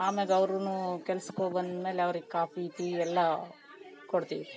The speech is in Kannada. ಆಮೇಲೆ ಅವ್ರು ಕೆಲ್ಸಕ್ಕೆ ಹೋಗ್ಬಂದ್ಮೇಲೆ ಅವ್ರಿಗೆ ಕಾಫಿ ಟೀ ಎಲ್ಲ ಕೊಡ್ತೀವಿ